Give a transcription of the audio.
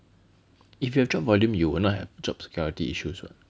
if you have job volume you will not have job security issues what